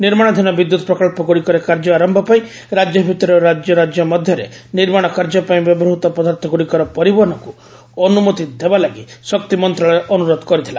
ନିର୍ମାଶାଧୀନ ବିଦ୍ୟୁତ୍ ପ୍ରକଳ୍ପଗୁଡ଼ିକରେ କାର୍ଯ୍ୟ ଆରମ୍ଭ ପାଇଁ ରାଜ୍ୟ ଭିତରେ ଓ ରାଜ୍ୟ ରାଜ୍ୟ ମଧ୍ୟରେ ନିର୍ମାଣ କାର୍ଯ୍ୟ ପାଇଁ ବ୍ୟବହୃତ ପଦାର୍ଥଗୁଡ଼ିକର ପରିବହନକୁ ଅନୁମତି ଦେବା ଲାଗି ଶକ୍ତି ମନ୍ତ୍ରଣାଳୟ ଅନୁରୋଧ କରିଥିଲା